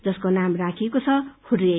जसको नाम राखिएको छ हुर्रे